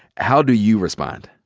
how do you respond?